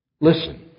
listen